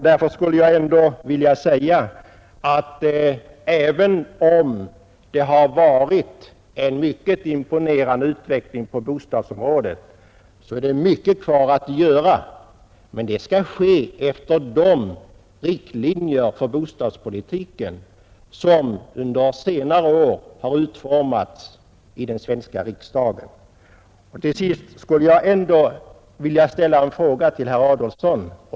Därför skulle jag ändå vilja säga att även om det har skett en mycket imponerande utveckling på bostadsområdet, är det mycket kvar att göra. Men det skall ske efter de riktlinjer för bostadspolitiken som under senare år har utformats av den svenska riksdagen. Till sist skulle jag vilja ställa en fråga till herr Adolfsson.